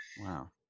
wow